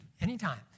Anytime